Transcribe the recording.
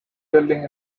building